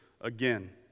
again